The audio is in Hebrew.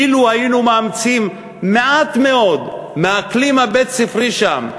אילו היינו מאמצים מעט מאוד מהאקלים הבית-ספרי שם,